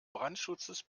brandschutzes